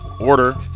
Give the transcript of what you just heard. Order